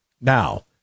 Now